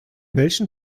welchen